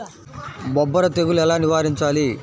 బొబ్బర తెగులు ఎలా నివారించాలి?